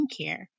skincare